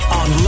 on